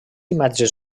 imatges